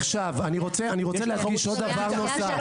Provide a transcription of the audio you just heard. עכשיו, אני רוצה להדגיש עוד דבר נוסף,